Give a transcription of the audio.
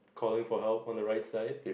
calling for help on the right side